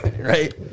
right